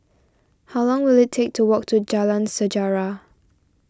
how long will it take to walk to Jalan Sejarah